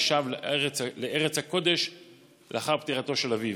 ושב לארץ הקודש לאחר פטירתו של אביו.